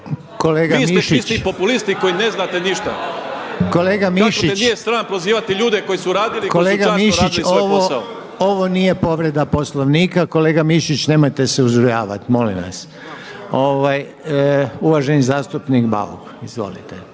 Ivica (Promijenimo Hrvatsku)** Kako te nije sram prozivati ljude koji su radili, koji su časno radili svoj posao. **Reiner, Željko (HDZ)** Kolega Mišić, ovo nije povreda Poslovnika. Kolega Mišić, nemojte se uzrujavati molim vas! Uvaženi zastupnik Bauk, izvolite.